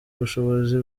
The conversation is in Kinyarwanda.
ubushobozi